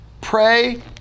pray